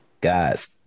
guys